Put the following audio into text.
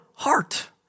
heart